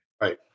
Right